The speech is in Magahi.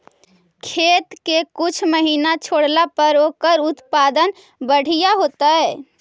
खेत के कुछ महिना छोड़ला पर ओकर उत्पादन बढ़िया जैतइ?